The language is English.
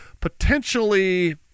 Potentially